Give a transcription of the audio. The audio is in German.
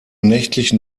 nächtlichen